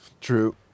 True